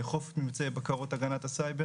לאכוף את ממצאי בקרות הגנת הסייבר,